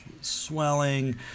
swelling